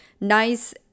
nice